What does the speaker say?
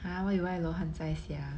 !huh! why buy 罗汉斋 sia